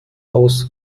hause